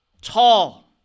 tall